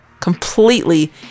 completely